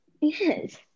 Yes